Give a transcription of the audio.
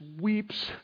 weeps